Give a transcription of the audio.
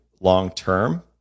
long-term